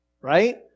right